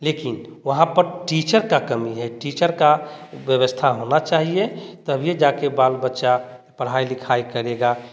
लेकिन वहाँ पर टीचर का कमी है टीचर का व्यवस्था होना चाहिए तभी जाके बाल बच्चा पढ़ाई लिखाई करेगा